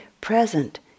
present